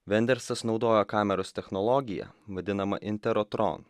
vendersas naudojo kameros technologiją vadinama interotron